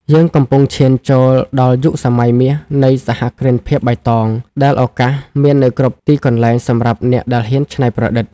យើងកំពុងឈានចូលដល់ "យុគសម័យមាសនៃសហគ្រិនភាពបៃតង" ដែលឱកាសមាននៅគ្រប់ទីកន្លែងសម្រាប់អ្នកដែលហ៊ានច្នៃប្រឌិត។